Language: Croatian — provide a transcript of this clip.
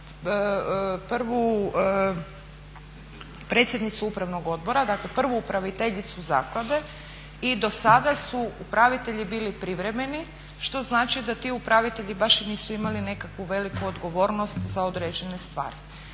prvu predsjednicu upravnog odbora, dakle prvu upraviteljicu zaklade i do sada su upravitelji bili privremeni što znači da ti upravitelji baš i nisu imali nekakvu veliku odgovornost za određene stvari.